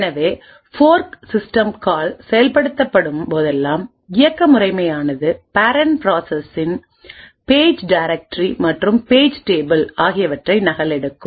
எனவே fork system call செயல்படுத்தப்படும் போதெல்லாம் இயக்க முறைமையானதுபேரண்ட் ப்ராசஸின் பேஜ் டைரக்டரி மற்றும்பேஜ் டேபிள் ஆகியவற்றை நகலெடுக்கும்